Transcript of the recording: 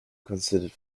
considered